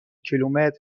کیلومتر